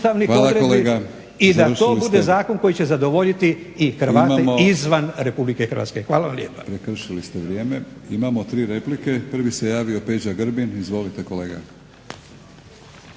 odredbi i da to bude zakon koji će zadovoljiti i Hrvate izvan Republike Hrvatske. Hvala vam lijepa.